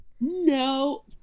no